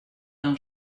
d’un